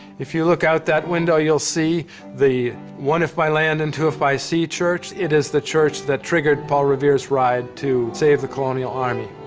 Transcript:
if you look out that window you'll see the one-if-by-land and two-if-by-sea church. it is the church that triggered paul revere's ride to save the colonial army.